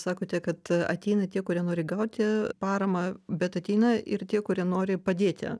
sakote kad ateina tie kurie nori gauti paramą bet ateina ir tie kurie nori padėti